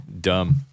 Dumb